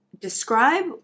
describe